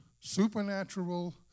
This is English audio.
Supernatural